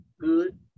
Good